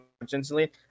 instantly